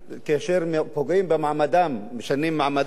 כאשר פוגעים במעמדם, משנים מעמדם,